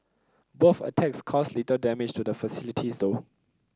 both attacks caused little damage to the facilities though